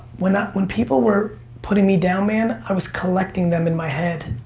when ah when people were putting me down, man, i was collecting them in my head.